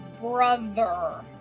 brother